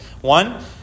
One